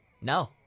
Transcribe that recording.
no